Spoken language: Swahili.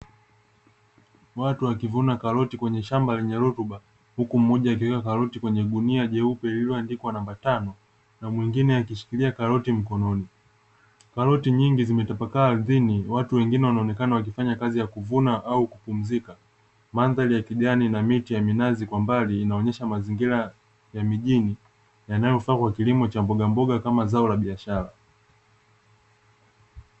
Watu wakivuna karoti kwenye shamba lenye rutuba, huku mmoja akiweka karoti kwenye gunia jeupe lililoandikwa namba tano na mwingine akishikilia karoti mkononi. Karoti nyingi zimetapakaa ardhini, watu wengine wanaonekana wakifanya kazi ya kuvuna au kupumzika. Mandhari ya kijani na miti ya minazi kwa mbali inaonyesha mazingira ya mijini yanayofaa kwa kilimo cha mbogamboga kama zao la biashara.